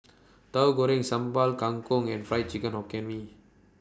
Tahu Goreng Sambal Kangkong and Fried Hokkien Mee